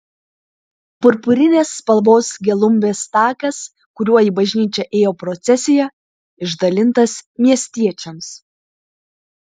purpurinės spalvos gelumbės takas kuriuo į bažnyčią ėjo procesija išdalintas miestiečiams